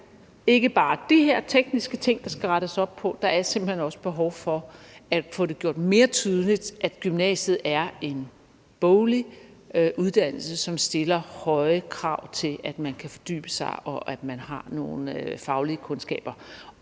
ikke bare de her tekniske ting, der skal rettes op på; der er simpelt hen også behov for at få det gjort mere tydeligt, at gymnasiet er en boglig uddannelse, som stiller høje krav om, at man kan fordybe sig, og at man har nogle faglige kundskaber.